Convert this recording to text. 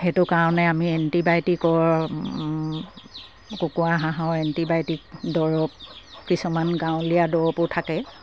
সেইটো কাৰণে আমি এণ্টিবায়'টিকৰ কুকুৰা হাঁহৰ এণ্টিবায়'টিক দৰৱ কিছুমান গাঁৱলীয়া দৰৱো থাকে